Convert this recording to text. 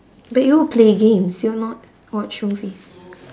but you'll play games you'll not watch movies